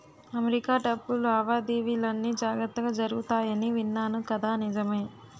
America డబ్బు లావాదేవీలన్నీ జాగ్రత్తగా జరుగుతాయని విన్నాను కదా నిజమే